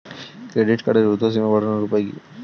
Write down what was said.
Credit কার্ডের উর্ধ্বসীমা বাড়ানোর উপায় কি?